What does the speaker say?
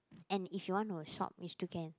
and if you want to shop you still can